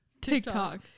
tiktok